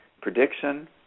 prediction